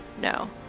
No